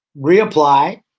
reapply